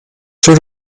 sort